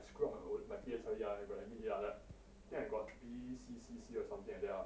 I screw up my O my P_S_L_E ah I got like mid year ah like I think I got B C C C or something like that lah